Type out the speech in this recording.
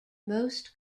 most